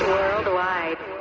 Worldwide